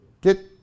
Get